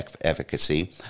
efficacy